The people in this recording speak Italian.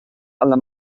alla